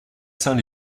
saint